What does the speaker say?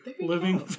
living